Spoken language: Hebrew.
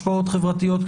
השפעות חברתיות,